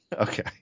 Okay